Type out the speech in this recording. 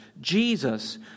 Jesus